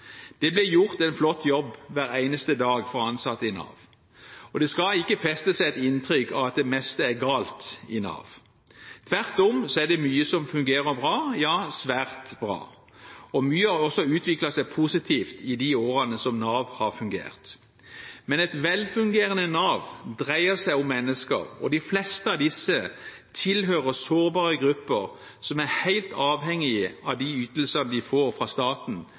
Det blir gjort en flott jobb hver eneste dag av ansatte i Nav, og det skal ikke festne seg et inntrykk av at det meste er galt i Nav. Tvert om er det mye som fungerer bra, ja svært bra, og mye har også utviklet seg positivt i de årene som Nav har fungert. Men et velfungerende Nav dreier seg om mennesker, og de fleste av disse tilhører sårbare grupper som er helt avhengige av de ytelsene de får fra staten